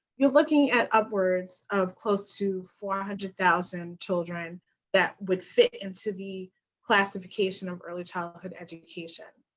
you are looking at upwards of close to four hundred thousand children that would fit into the classification of early childhood education.